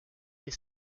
est